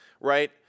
Right